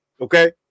okay